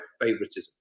favoritism